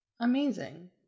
Amazing